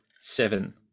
seven